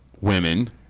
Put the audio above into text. women